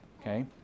Okay